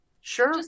Sure